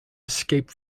escaped